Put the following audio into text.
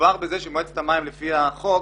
מדובר בכך שמועצת המים לפי החוק,